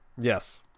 Yes